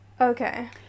okay